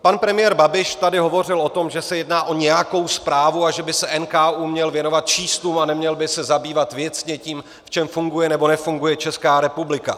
Pan premiér Babiš tady hovořil o tom, že se jedná o nějakou zprávu a že by se NKÚ měl věnovat číslům a neměl by se zabývat věcně tím, v čem funguje nebo nefunguje Česká republika.